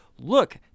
look